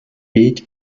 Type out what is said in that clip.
bild